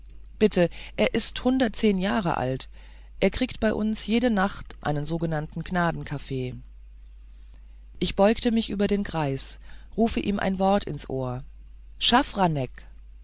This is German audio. bitte er ist hundertzehn jahre alt er kriegt bei uns jede nacht einen sogenannten gnadenkaffee ich beugte mich über den greis rufe ihm ein wort ins ohr